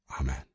Amen